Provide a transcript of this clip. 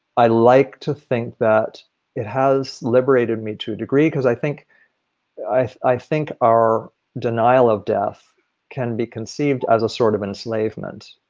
i like to think that it has liberated me to a degree, because i think i think our denial of death can be conceived as a sort of enslavement